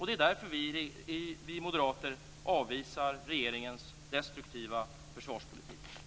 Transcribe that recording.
Det är därför vi moderater avvisar regeringens destruktiva försvarspolitik.